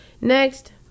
Next